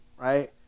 right